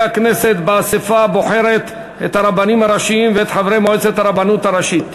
הכנסת באספה הבוחרת את הרבנים הראשיים ואת חברי מועצת הרבנות הראשית.